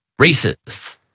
racists